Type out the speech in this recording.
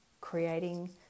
creating